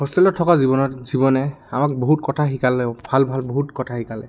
হোষ্টেলত থকা জীৱনত জীৱনে আমাক বহুত কথা শিকালেও ভাল ভাল বহুত কথা শিকালে